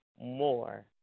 more